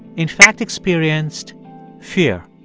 in fact, experienced fear.